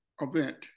event